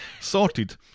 Sorted